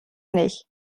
nicht